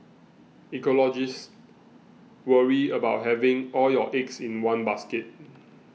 ecologists worry about having all your eggs in one basket